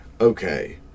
Okay